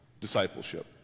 discipleship